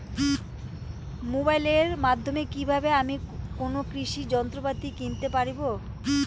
মোবাইলের মাধ্যমে কীভাবে আমি কোনো কৃষি যন্ত্রপাতি কিনতে পারবো?